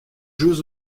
jeux